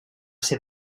ser